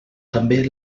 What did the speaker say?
també